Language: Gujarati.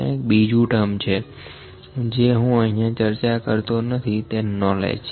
ત્યાં એક બીજું ટર્મ છે જે હું અહીંયા ચર્ચા કરતો નથી તે નૉલેજ